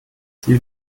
sie